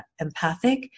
empathic